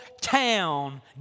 town